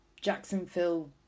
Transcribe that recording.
Jacksonville